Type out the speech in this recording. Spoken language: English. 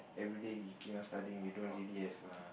everyday you keep on studying you don't really have a